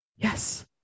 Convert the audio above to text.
Yes